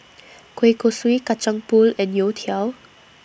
Kueh Kosui Kacang Pool and Youtiao